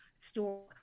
store